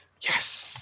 yes